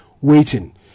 waiting